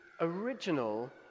original